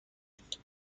فراموش